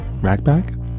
Ragbag